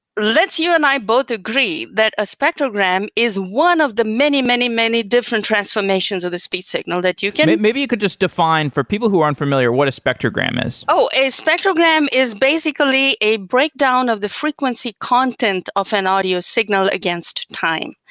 let's you and i both agree that a spectrogram is one of the many, many, many different transformations of the speech signal that you can maybe you could just define, for people who aren't familiar, what a spectrogram is. oh! a spectrogram is basically a breakdown of the frequency content of an audio signal against time.